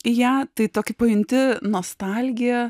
į ją tai tokį pajunti nostalgiją